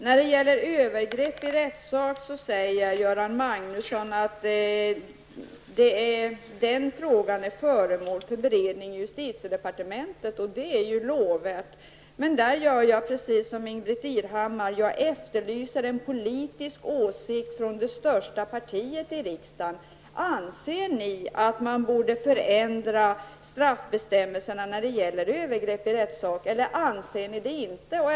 När det gäller övergrepp i rättssak säger Göran Magnusson att frågan är föremål för beredning i justitiedepartementet. Det är ju lovvärt. I detta fall gör jag precis som Ingbritt Irhammar. Jag efterlyser en politisk åsikt från det största partiet i riksdagen: Anser ni att man borde förändra straffbestämmelserna när det gäller övergrepp i rättssak eller anser ni det inte?